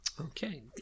Okay